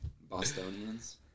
Bostonians